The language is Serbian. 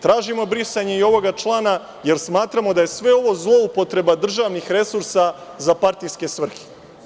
Tražimo brisanje i ovog člana, jer smatramo da je sve ovo zloupotreba državnih resursa za partijske svrhe.